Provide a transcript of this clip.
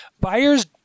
Buyers